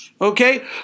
Okay